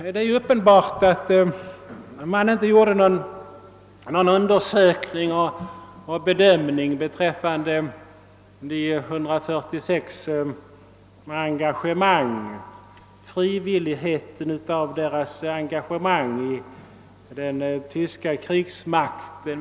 Det är uppenbart att man inte gjorde någon undersökning och bedömning beträffande hur frivilligt de 146 hade engagerat sig i den tyska krigsmakten.